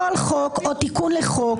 כל חוק או תיקון לחוק,